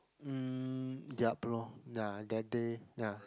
mm yup lor ya that day ya